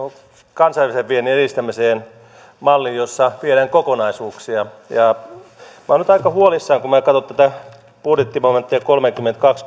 kansainvälisen viennin edistämiseen mallin jossa viedään kokonaisuuksia minä olen nyt aika huolissani kun katson tätä budjettimomenttia kolmekymmentäkaksi